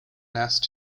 nest